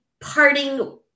parting